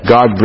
God